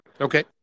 Okay